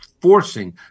forcing